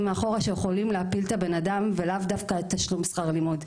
מאחורה שיכולים להפיל את הבן אדם ולאו דווקא תשלום שכר הלימוד,